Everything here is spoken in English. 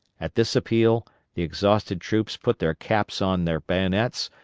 at this appeal the exhausted troops put their caps on their bayonets,